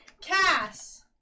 Cass